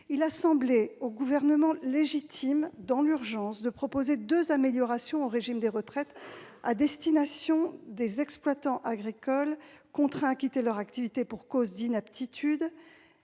il a semblé au Gouvernement légitime de proposer, dans l'urgence, deux améliorations au régime des retraites à destination des exploitants agricoles contraints de quitter leur activité pour cause d'inaptitude